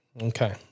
Okay